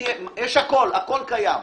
יש הכול, הכול קיים.